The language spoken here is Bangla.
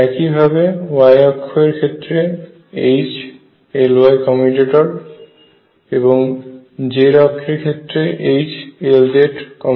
একই ভাবে y অক্ষ এর ক্ষেত্রে HLy এবং z অক্ষ এর ক্ষেত্রে H Lz